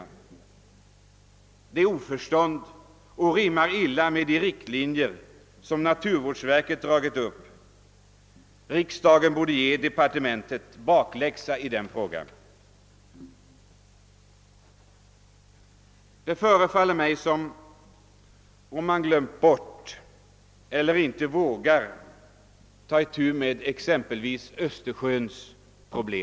Detta är oförståndigt och det rimmar illa med de riktlinjer naturvårdsverket dragit upp. Riksdagen borde ge departementet bakläxa i denna fråga. Det förefaller mig som om man glömt bort eller inte vågar ta itu med problemen när det gäller t.ex. Östersjön.